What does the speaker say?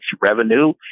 revenue